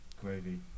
gravy